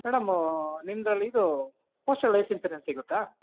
madam ನಿಮ್ದ್ರಲ್ಲಿ ಇದು postal life insurance ಸಿಗುತ್ತಾ